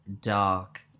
dark